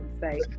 say